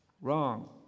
wrong